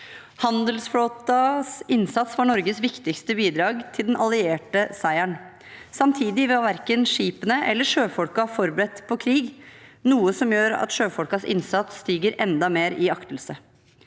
Handelsflåtens innsats var Norges viktigste bidrag til den allierte seieren. Samtidig var verken skipene eller sjøfolkene forberedt på krig, noe som gjør at sjøfolkenes innsats stiger enda mer i aktelse.